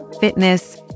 fitness